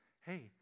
hey